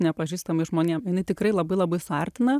nepažįstamais žmonėm jinai tikrai labai labai suartina